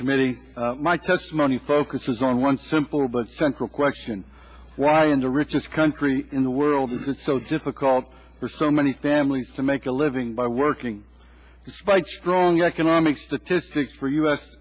committee my testimony focuses on one simple but central question why in the richest country in the world is the so difficult for so many families to make a living by working despite strong economic statistics for u